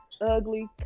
ugly